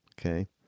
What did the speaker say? Okay